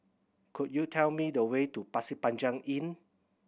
could you tell me the way to Pasir Panjang Inn